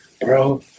bro